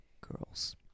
girls